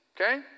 Okay